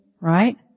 right